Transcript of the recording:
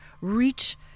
reach